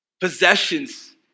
possessions